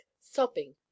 sobbing